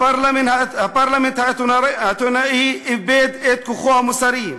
הפרלמנט האתונאי איבד את כוחו המוסרי.